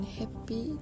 happy